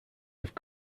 have